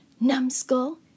Numbskull